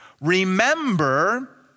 Remember